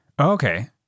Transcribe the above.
Okay